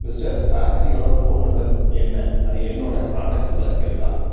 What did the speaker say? mister டாக்ஸியோட phone number என்ன அது என்னோட காண்டாக்ட்ஸில் இருக்கா